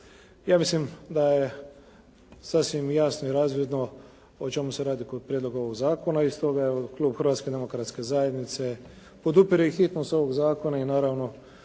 Ja mislim da je sasvim jasno i razvidno o čemu se radi kod prijedloga ovog zakona, i stoga klub Hrvatske demokratske zajednice podupire i hitnost ovog zakona i naravno